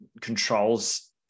controls